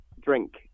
drink